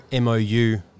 mou